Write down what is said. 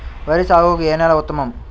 వరి సాగుకు ఏ నేల ఉత్తమం?